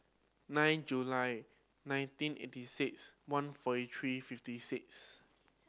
nine July nineteen eighty six one forty three fifty six